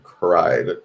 Cried